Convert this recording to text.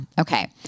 Okay